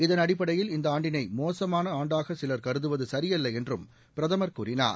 இதள் அடிப்படையில் இந்த ஆண்டினை மோசமான ஆண்டாக சிலா் கருதுவது சியல்ல என்றும் பிரதமர் கூறினார்